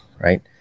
right